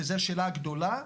וזו השאלה הגדולה,